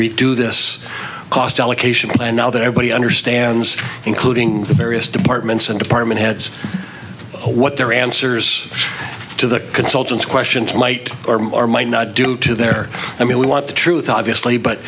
redo this cost allocation and now that everybody understands including the various departments and department heads what their answers to the consultants questions might or might not do to their i mean we want the truth obviously but